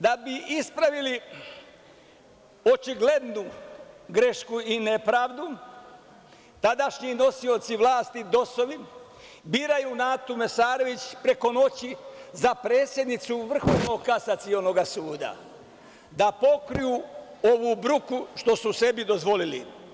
Da bi ispravili očiglednu grešku i nepravdu, tadašnji nosioci vlasti DOS-ovi, biraju Natu Mesarović preko noći za predsednicu Vrhovnog kasacionog suda, da pokriju ovu bruku što su sebi dozvolili.